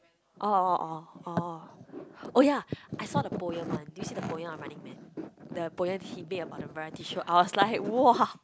oh oh oh oh oh ya I saw the poem one do you see the poem of Running Man the poem he made about the branch tissue I was like !wah!